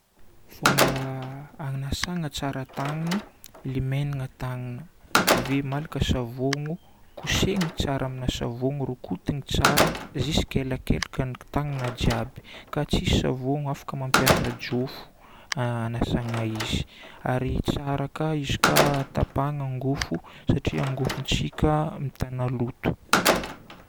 Fomba agnasana tsara tagnana. Lemenigna tagnana. Ave malaka savono, kosehina tsara amina savono, rokotigna tsara jusque elakelakan'ny tagnana jiaby. Ka tsisy savomo afaka mampiasa jofo agnasana izy. Ary tsara ka izy ka tapahagna angofo satria angofontsika mitana loto.